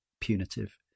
punitive